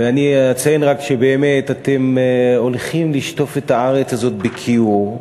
ואני אציין רק שבאמת אתם הולכים לשטוף את הארץ הזאת בכיעור,